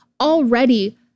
Already